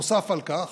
נוסף על כך,